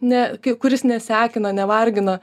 ne kuris nesekina nevargina